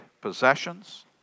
possessions